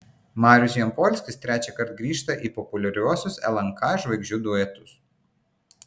marius jampolskis trečiąkart grįžta į populiariuosius lnk žvaigždžių duetus